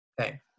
okay